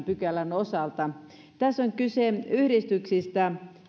pykälän osalta tässä on kyse yhdistyksistä